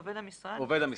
עובד המשרד.